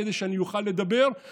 כדי שאני אוכל לדבר.